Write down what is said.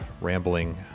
rambling